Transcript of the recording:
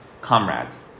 Comrades